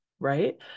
Right